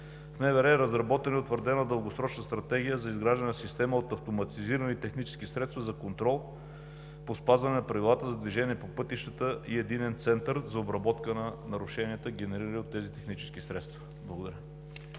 работи е разработена и утвърдена Дългосрочна стратегия за изграждане на система от автоматизирани технически средства за контрол по спазване на правилата за движение по пътищата и Единен център за обработка на нарушенията, генерирани от тези технически средства. Благодаря.